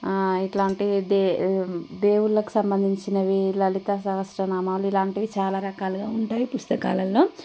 ఇలాంటి దేవుళ్ళకు సంబంధించినవి లలిత సహస్రనామాలు ఇలాంటివి చాలా రకాలుగా ఉంటాయి పుస్తకాలలో